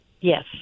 Yes